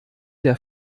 der